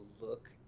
look